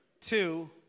two